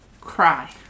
cry